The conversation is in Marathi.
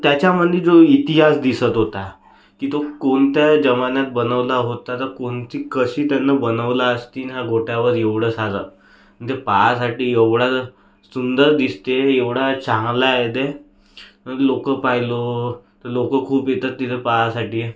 त्याच्यामधे जो इतिहास दिसत होता की तो कोणत्या जमान्यात बनवला होता तर कोणची कशी त्यानं बनवला असती ना गोट्यावर एवढं सारं जे पहायसाठी एवढं सुंदर दिसते एवढा चांगला आहे दे लोक पहायला लोक खूप येतात तिथे पहायसाठी